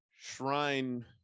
shrine